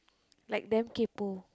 like damn kaypoh